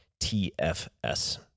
TFS